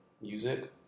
Music